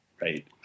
right